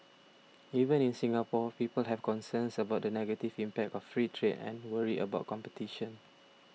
even in Singapore people have concerns about the negative impact of free trade and worry about competition